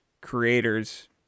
creators